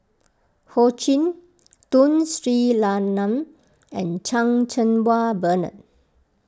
Ho Ching Tun Sri Lanang and Chan Cheng Wah Bernard